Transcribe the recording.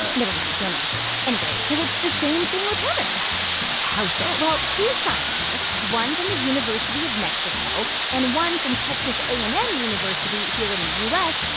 ah never mind, don't answer that. anyway, so it's the same thing with hermit crabs how so? well, two scientists, one from the university of mexico and one from texas a and m university here in the u s,